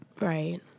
right